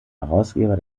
herausgeber